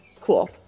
Cool